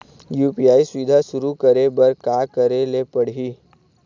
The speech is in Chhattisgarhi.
यू.पी.आई सुविधा शुरू करे बर का करे ले पड़ही?